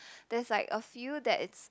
there's like a few that it's